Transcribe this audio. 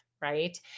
Right